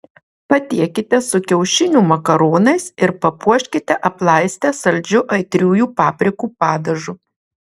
patiekite su kiaušinių makaronais ir papuoškite aplaistę saldžiu aitriųjų paprikų padažu